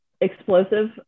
explosive